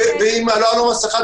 ואם לא היתה לו מסיכה,